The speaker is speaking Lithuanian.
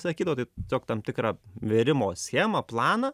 sakydavo tai siok tam tikrą vėrimo schemą planą